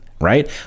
Right